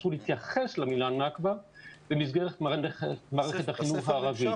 אסור להתייחס למלה "נכבה" במסגרת מערכת החינוך הערבי.